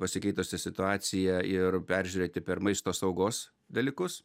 pasikeitusią situaciją ir peržiūrėti per maisto saugos dalykus